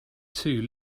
two